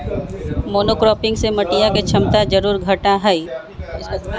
monocropping से मटिया के क्षमता जरूर घटा हई